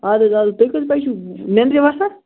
اَدٕ حظ اَدٕ حظ تُہۍ کٔژِ بَجہِ چھِو ننٛدرِ وۄتھان